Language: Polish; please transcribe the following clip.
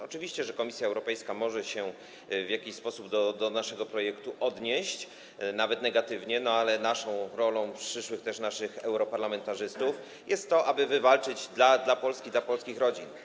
Oczywiście Komisja Europejska może się w jakiś sposób do naszego projektu odnieść, nawet negatywnie, ale naszą rolą, też przyszłych naszych europarlamentarzystów, jest to, aby to wywalczyć dla Polski, dla polskich rodzin.